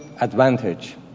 advantage